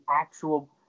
actual